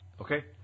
Okay